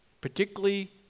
particularly